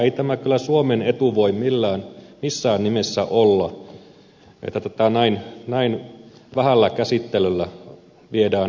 ei tämä kyllä suomen etu voi missään nimessä olla että tätä näin vähällä käsittelyllä viedään eteenpäin